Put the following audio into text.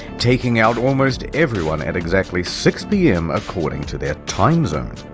taking out almost everyone at exactly pm, according to their timezone.